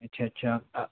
अच्छा अच्छा